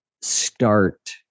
start